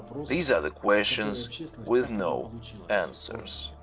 these are the questions with no answers.